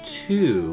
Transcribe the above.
two